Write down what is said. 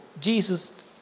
Jesus